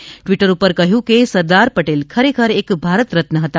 તેમણે ટ્વિટર પર કહ્યું કે સરદાર પટેલ ખરેખર એક ભારત રત્ન હતા